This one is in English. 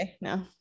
No